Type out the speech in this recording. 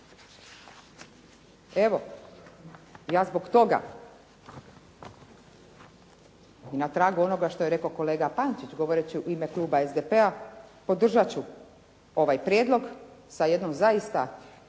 Evo, ja zbog toga i na tragu onoga što je rekao kolega Pančić govoreći u ime kluba SDP-a podržat ću ovaj prijedlog sa jednim zaista i apelom